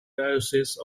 diocese